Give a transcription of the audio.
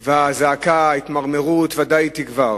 והזעקה, ההתמרמרות, ודאי יגברו.